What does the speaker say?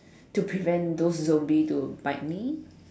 to prevent those zombie to bite me